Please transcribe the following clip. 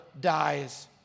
dies